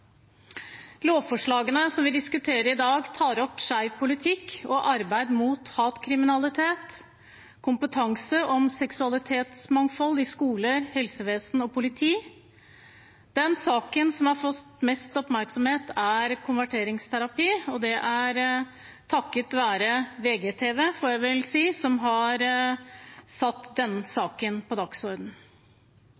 Lovforslagene som vi diskuterer i dag, tar opp skeiv politikk og arbeid mot hatkriminalitet samt kompetanse om seksualitetsmangfold i skole, helsevesen og politi. Den saken som har fått mest oppmerksomhet, er konverteringsterapi, og det er takket være VGTV, får jeg vel si, som har satt